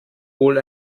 wohl